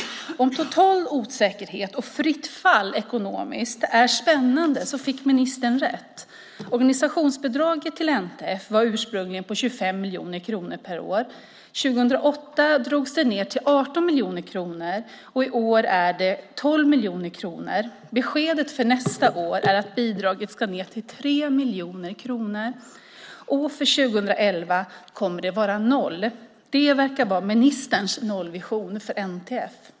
Om total osäkerhet och fritt fall ekonomiskt är spännande så fick ministern rätt. Organisationsbidraget till NTF var ursprungligen på 25 miljoner kronor per år. År 2008 drogs det ned till 18 miljoner kronor, och i år är det 12 miljoner kronor. Beskedet för nästa år är att bidraget ska ned till 3 miljoner kronor, och för år 2011 kommer det att vara noll. Det verkar vara ministerns nollvision för NTF.